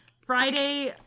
Friday